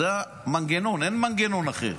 זה המנגנון, אין מנגנון אחר.